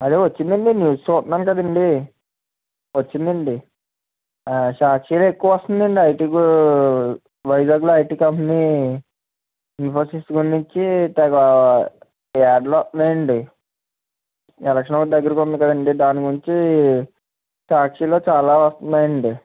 అదే వచ్చిందండి న్యూస్ చూస్తున్నాను కదండి వచ్చిందండి సాక్షిలో ఎక్కువ వస్తుందండి ఐటీ వైజాగ్లో ఐటీ కంపెనీ ఇన్ఫోసిస్ గురించి తెగ యాడ్లు వస్తున్నాయి అండి ఎలక్షన్ ఒకటి దగ్గరగా ఉంది కదండి దాని గురించి సాక్షిలో చాలా వస్తున్నాయి అండి